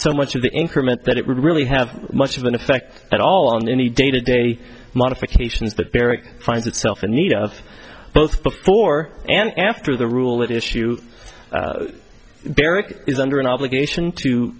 so much of the increment that it would really have much of an effect at all on any day to day modifications that derek finds itself in need of both before and after the rule that issue derek is under an obligation to